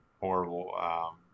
horrible